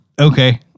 okay